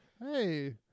Hey